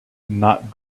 not